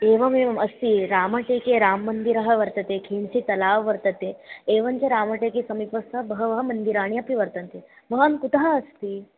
एवमेवम् अस्ति रामटेके राममन्दिरं वर्तते किञ्चित् तलाव् वर्तते एवञ्च रामटेके समीपस्थे बहवः मन्दिराणि अपि वर्तन्ते भवान् कुतः अस्ति